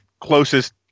closest